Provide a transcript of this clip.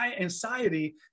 anxiety